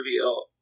reveal